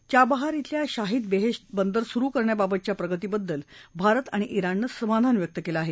Chabahar क्षेल्या Shahid Beheshti बंदर सुरु करण्याबाबतच्या प्रगतीबद्दल भारत आणि क्षेणनं समाधान व्यक्त केलं आहे